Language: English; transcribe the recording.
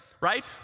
right